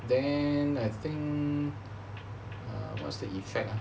then I think err what's the effect ah